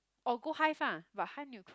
or go Hive ah but Hive need to